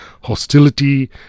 hostility